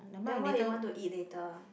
then what you want to eat later